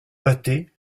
battaient